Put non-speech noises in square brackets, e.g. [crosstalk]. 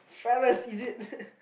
fellas is it [laughs]